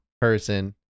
person